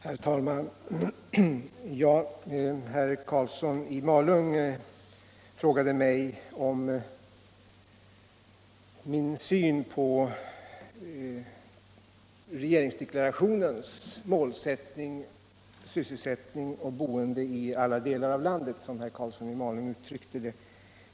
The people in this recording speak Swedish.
Herr talman! Herr Karlsson i Malung frågade mig om min syn på regeringsdeklarationens målsättning ”sysselsättning och boende i alla delar av landet”, som han uttryckte det.